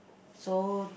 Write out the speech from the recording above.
so